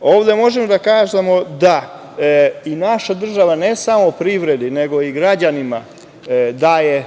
mi. Ovde možemo da kažemo da i naša država ne samo privredi, nego i građanima daje